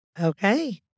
Okay